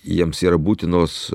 jiems yra būtinos